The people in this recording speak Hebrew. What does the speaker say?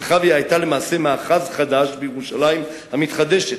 רחביה היתה למעשה מאחז חדש בירושלים המתחדשת.